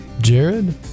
Jared